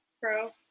bro